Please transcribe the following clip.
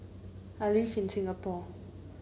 I live in Singapore